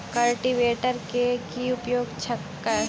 Cultivator केँ की उपयोग छैक?